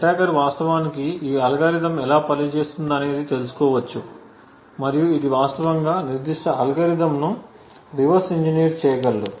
attacker వాస్తవానికి ఈ algorithm ఎలా పనిచేస్తుందనేది తెలుసుకోవచ్చు మరియు ఇది వాస్తవంగా నిర్దిష్ట అల్గోరిథంను రివర్స్ ఇంజనీర్ చేయగలడు